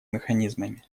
механизмами